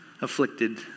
afflicted